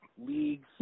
leagues